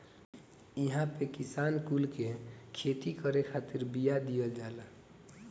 इहां पे किसान कुल के खेती करे खातिर बिया दिहल जाला